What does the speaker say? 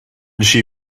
she